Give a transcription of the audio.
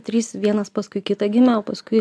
trys vienas paskui kitą gimę o paskui